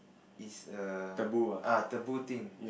is a ah taboo thing